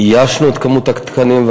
ואיישנו את כמות התקנים.